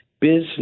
business